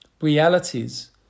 realities